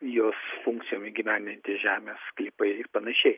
jos funkcijom įgyvendinti žemės sklypai ir panašiai